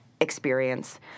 experience